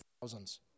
thousands